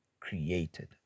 created